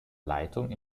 leitung